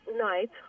night